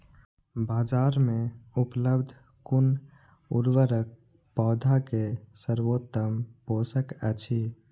बाजार में उपलब्ध कुन उर्वरक पौधा के सर्वोत्तम पोषक अछि?